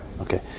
Okay